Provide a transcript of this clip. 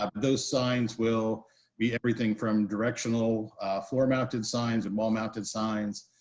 ah those signs will be everything from directional formatted signs and wall-mounted signs,